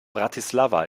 bratislava